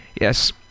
Yes